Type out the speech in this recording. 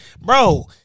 Bro